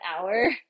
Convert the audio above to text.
hour